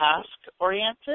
task-oriented